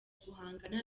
guhangana